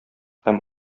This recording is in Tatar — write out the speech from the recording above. һәм